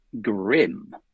grim